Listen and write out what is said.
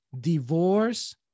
divorce